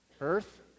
Earth